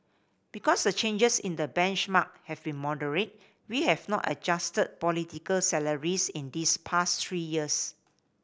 because the changes in the benchmark have been moderate we have not adjusted political salaries in these past three years